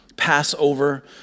Passover